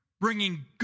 bringing